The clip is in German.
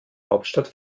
hauptstadt